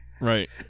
Right